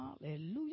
Hallelujah